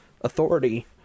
authority